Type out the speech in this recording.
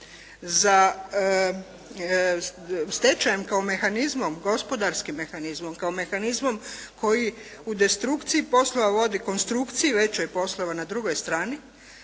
za stečajem kao mehanizmom, gospodarskim mehanizmom, kao mehanizmom koji u destrukciji poslova vodi konstrukciji većoj poslova na drugoj strani,